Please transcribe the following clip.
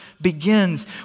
begins